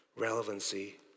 Relevancy